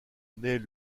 naît